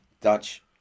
Dutch